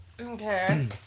Okay